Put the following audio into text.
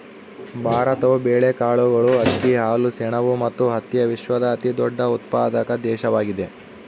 ಭಾರತವು ಬೇಳೆಕಾಳುಗಳು, ಅಕ್ಕಿ, ಹಾಲು, ಸೆಣಬು ಮತ್ತು ಹತ್ತಿಯ ವಿಶ್ವದ ಅತಿದೊಡ್ಡ ಉತ್ಪಾದಕ ದೇಶವಾಗಿದೆ